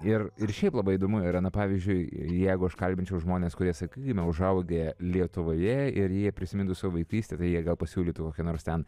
ir ir šiaip labai įdomu yra na pavyzdžiui jeigu aš kalbinčiau žmones kurie sakykim užaugę lietuvoje ir jie prisimintų vaikystę tai jie gal pasiūlytų kokį nors ten